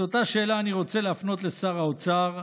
את אותה שאלה אני רוצה להפנות לשר האוצר,